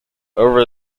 over